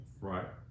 right